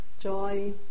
joy